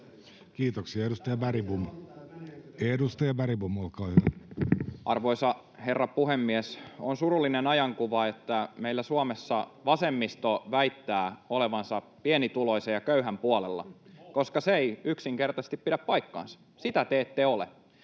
Kiitoksia. — Edustaja Bergbom, olkaa hyvä. Arvoisa herra puhemies! On surullinen ajankuva, että meillä Suomessa vasemmisto väittää olevansa pienituloisen ja köyhän puolella, koska se ei yksinkertaisesti pidä paikkaansa: sitä te ette ole.